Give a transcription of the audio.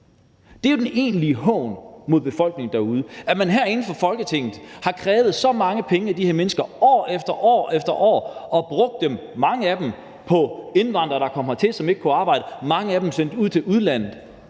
Det er jo den egentlige hån mod befolkningen derude, at man herinde fra Folketinget har krævet så mange penge af de her mennesker år efter år – man har brugt mange af dem på indvandrere, der er kommet hertil, og som ikke kunne arbejde, og mange af dem er sendt ud til udlandet